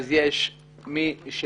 אז יש גם מי שבוגד?"